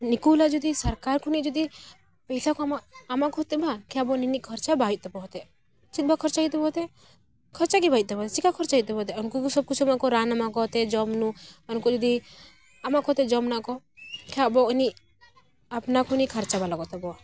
ᱱᱤᱠᱩ ᱦᱤᱞᱳᱜ ᱡᱩᱫᱤ ᱥᱚᱨᱠᱟᱨ ᱠᱷᱚᱱᱟ ᱡᱩᱫᱤ ᱯᱚᱭᱥᱟ ᱠᱚ ᱮᱢᱚᱜ ᱟᱠᱚ ᱵᱟᱝ ᱠᱮᱵᱚᱞ ᱤᱱᱟᱹᱜ ᱠᱷᱚᱨᱪᱟ ᱵᱟᱭ ᱦᱩᱭᱩᱜ ᱛᱟᱵᱚᱱᱟ ᱪᱮᱫ ᱵᱟ ᱠᱷᱚᱨᱪᱟ ᱦᱩᱭᱩᱜ ᱛᱟᱵᱚᱛᱮ ᱠᱷᱚᱨᱪᱟ ᱜᱮ ᱵᱟᱭ ᱦᱩᱭᱩᱜ ᱛᱟᱵᱚ ᱪᱮᱠᱟ ᱠᱷᱚᱨᱪᱟ ᱦᱩᱭᱩᱜ ᱛᱟᱵᱚ ᱛᱮ ᱩᱱᱠᱩ ᱜᱮ ᱥᱚᱵ ᱠᱤᱪᱷᱩ ᱠᱚ ᱨᱟᱱ ᱟᱢᱟ ᱠᱚ ᱡᱚᱢ ᱱᱩ ᱩᱱᱠᱩ ᱡᱩᱫᱤ ᱟᱢᱟᱜ ᱠᱚᱛᱮ ᱡᱚᱢᱟᱱᱟ ᱠᱚ ᱠᱮᱵᱚᱜ ᱟᱱᱤᱡ ᱟᱯᱱᱟ ᱠᱷᱚᱱᱤ ᱠᱷᱚᱨᱪᱟ ᱵᱟᱝ ᱞᱟᱜᱟᱜ ᱛᱟᱵᱚᱣᱟ